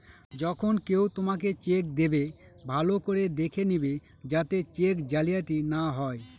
যখন কেউ তোমাকে চেক দেবে, ভালো করে দেখে নেবে যাতে চেক জালিয়াতি না হয়